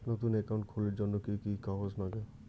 নতুন একাউন্ট খুলির জন্যে কি কি কাগজ নাগে?